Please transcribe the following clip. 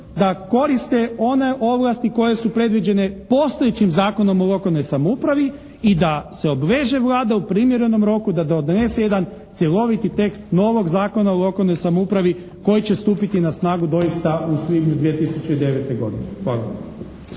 da koriste one ovlasti koje su predviđene postojećim Zakonom o lokalnoj samoupravi i da se obveže Vlada u primjerenom roku da donese jedan cjeloviti tekst novog Zakona o lokalnoj samoupravi koji će stupiti na snagu doista u svibnju 2009. godine.